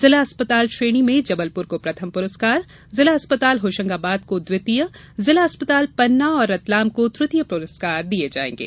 जिला अस्पताल श्रेणी में जबलपुर को प्रथम पुरस्कार जिला अस्पताल होशंगाबाद को द्वितीय पुरस्कार जिला अस्पताल पन्ना एवं रतलाम को तृतीय पुरस्कार दिये जायेगे